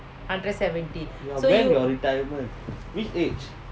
ya when your retirement which age